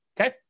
Okay